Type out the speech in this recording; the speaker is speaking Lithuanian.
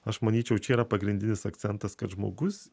aš manyčiau čia yra pagrindinis akcentas kad žmogus